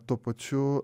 tuo pačiu